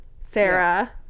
Sarah